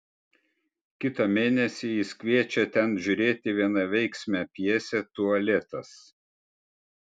kitą mėnesį jis kviečia ten žiūrėti vienaveiksmę pjesę tualetas